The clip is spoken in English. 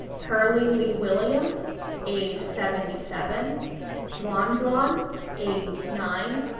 pearlie lee williams age seventy seven xuan xuan age nine,